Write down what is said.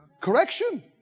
Correction